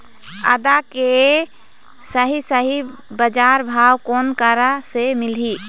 आदा के सही सही बजार भाव कोन करा से मिलही?